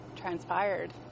transpired